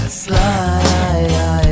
slide